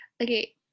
Okay